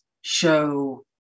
show